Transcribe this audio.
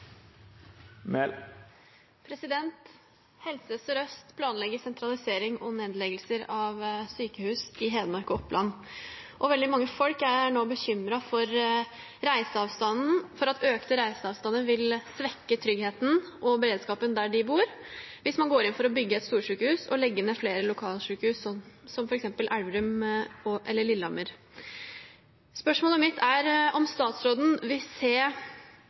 planlegger sentralisering og nedleggelser av sykehus i Hedmark og Oppland. Mange er bekymret for at økte reiseavstander vil svekke tryggheten og beredskapen der de bor, hvis man går inn for å bygge ett storsykehus og legge ned flere lokalsykehus, som Elverum eller Lillehammer.